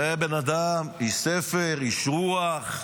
זה איש ספר, איש רוח.